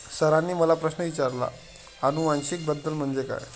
सरांनी मला प्रश्न विचारला आनुवंशिक बदल म्हणजे काय?